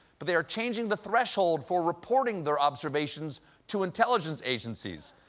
but they are changing the threshold for reporting their observations to intelligence agencies.